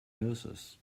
nurses